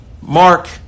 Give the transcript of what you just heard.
Mark